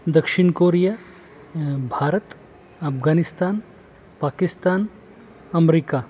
दक्षिण Korea Bharat Afghanistan Pakistan America